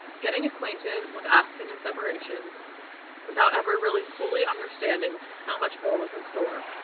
getting acquainted with aspen and separations without ever really fully understanding how much more was in store.